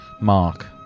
Mark